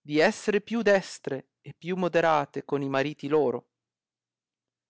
di esser più destre e più moderate con e mariti loro